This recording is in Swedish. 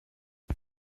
det